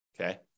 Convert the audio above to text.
Okay